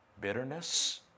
Bitterness